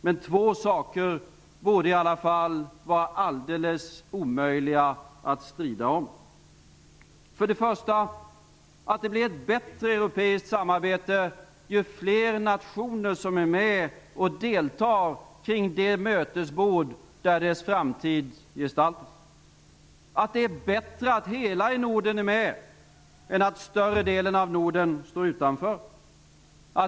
Men två saker borde i alla fall vara alldeles omöjliga att strida om: För det första blir det ett bättre europeiskt samarbete ju fler nationer som är med och deltar kring det mötesbord där dess framtid gestaltas. Det är bättre att hela Norden är med än att större delen av Norden står utanför.